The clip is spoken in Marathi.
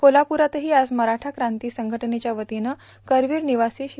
कोल्हाप्ररतही आज मराव क्रांती संघट्वेच्या वतीनं करवीर बिवासी श्री